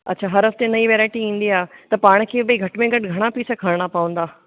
अच्छा हर हफ़्ते नई वैरायटी ईंदी आहे त पाण खे भई घटि में घटि घणा पीस खणंदा पवंदा